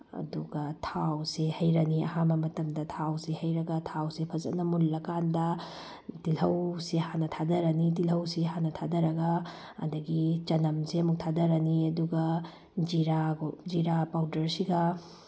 ꯑꯗꯨꯒ ꯊꯥꯎꯁꯦ ꯍꯩꯔꯅꯤ ꯑꯍꯥꯟꯕ ꯃꯇꯝꯗ ꯊꯥꯎꯁꯦ ꯍꯩꯔꯒ ꯊꯥꯎꯁꯦ ꯐꯖꯅ ꯃꯨꯜꯂꯀꯥꯟꯗ ꯇꯤꯜꯍꯧꯁꯤ ꯍꯥꯟꯅ ꯊꯥꯗꯔꯅꯤ ꯇꯤꯜꯍꯧꯁꯤ ꯍꯥꯟꯅ ꯊꯥꯗꯔꯒ ꯑꯗꯒꯤ ꯆꯅꯝꯁꯦ ꯑꯃꯨꯛ ꯊꯥꯗꯔꯅꯤ ꯑꯗꯨꯒ ꯖꯤꯔꯥ ꯖꯤꯔꯥ ꯄꯥꯎꯗꯔꯁꯤꯒ